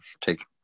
take